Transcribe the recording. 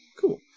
cool